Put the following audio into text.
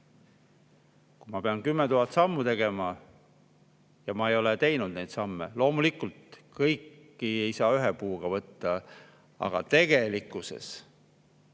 Kui ma pean 10 000 sammu tegema ja ma ei ole teinud neid samme ... Loomulikult, kõiki ei saa ühe puuga võtta, aga tegelikkuses